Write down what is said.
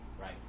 right